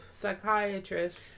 psychiatrist